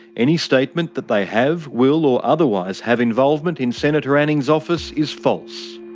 any statement that they have, will or otherwise have involvement in senator anning's office is false.